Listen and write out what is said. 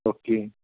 okay